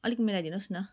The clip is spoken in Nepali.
अलिक मिलाइदिनुहोस् न